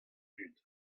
dud